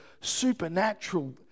supernatural